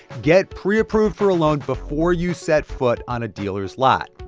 get preapproved for a loan before you set foot on a dealer's lot.